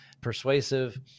persuasive